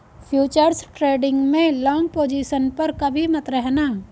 futures trading में long position पर कभी मत रहना